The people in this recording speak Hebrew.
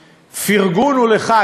הפרגון הוא לך,